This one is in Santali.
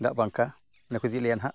ᱫᱟᱜ ᱯᱟᱝᱠᱷᱟ ᱚᱸᱰᱮ ᱠᱚ ᱤᱫᱤ ᱞᱮᱭᱟ ᱱᱟᱦᱟᱸᱜ